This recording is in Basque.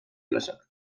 plazak